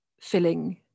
filling